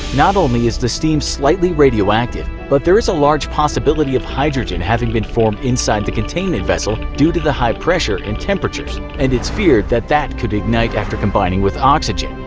not only is the steam slightly radioactive, but there is a large possibility of hydrogen having been formed inside the containment vessel due to the high pressure and temperatures, and it's feared that it could ignite after combining with oxygen.